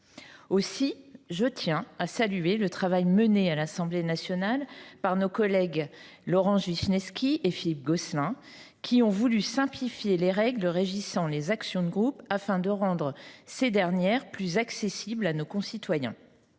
Aussi, je tiens à saluer le travail mené à l’Assemblée nationale par nos collègues Laurence Vichnievsky et Philippe Gosselin, qui ont voulu simplifier les règles régissant les actions de groupe afin de rendre cette procédure plus accessible à nos concitoyens.